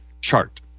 chart